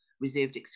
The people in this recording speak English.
reserved